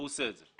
הוא עושה את זה.